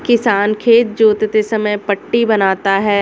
किसान खेत जोतते समय पट्टी बनाता है